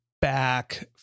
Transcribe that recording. back